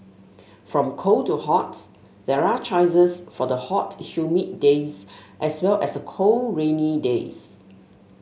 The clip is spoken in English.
from cold to hot there are choices for the hot humid days as well as the cold rainy days